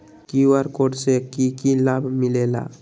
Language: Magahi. कियु.आर कोड से कि कि लाव मिलेला?